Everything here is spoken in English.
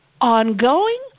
ongoing